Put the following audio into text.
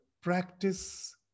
practice